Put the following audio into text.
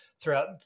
throughout